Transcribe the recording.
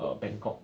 err bangkok